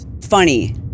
funny